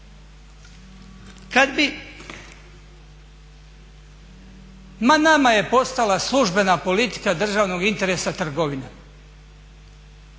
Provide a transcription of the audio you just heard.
Ma nama je postala službena politika državnog interesa trgovina.